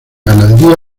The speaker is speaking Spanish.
ganadería